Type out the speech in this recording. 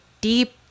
deep